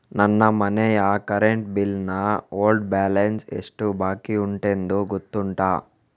ನನ್ನ ಮನೆಯ current bill ನ ಓಲ್ಡ್ ಬ್ಯಾಲೆನ್ಸ್ ಎಷ್ಟು ಬಾಕಿಯುಂಟೆಂದು ಗೊತ್ತುಂಟ?